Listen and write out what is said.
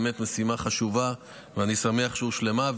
זו באמת משימה חשובה, ואני שמח שהיא הושלמה.